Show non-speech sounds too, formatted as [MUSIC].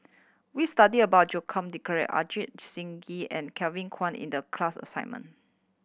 we studied about Joaquim [UNINTELLIGIBLE] Ajit Singh Gill and Kevin Kwan In the class assignment